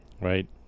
right